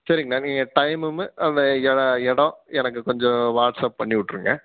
சரிங்கண்ணா நீங்கள் டைமுமே அந்த இடம் இடம் எனக்கு கொஞ்சம் வாட்ஸ்ஆப் பண்ணி விட்ருங்க